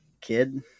kid